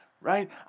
right